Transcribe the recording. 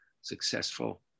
successful